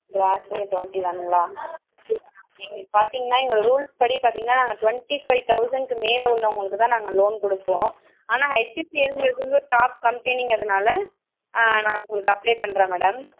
க்ராஸே twenty தானுங்களா பார்த்திங்னா எங்களோடய ரூல்ஸ் படி பார்த்திங்னா நாங்கள் டொண்ட்டி ஃபைவ் தௌசண்ட்க்கு மேல் உள்ளவங்களுக்கு தான் நாங்கள் லோன் கொடுப்போம் ஆனால் ஹெச்சுசிஎல்கிங்கறது வந்து ஒரு டாப் கம்பெனிங்கிறதுனாலே நான் உங்களுக்கு அப்ளே பண்ணுறேன் மேடம்